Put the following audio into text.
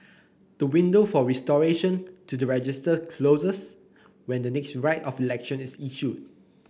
the window for restoration to the registers closes when the next Writ of Election is issued